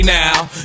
now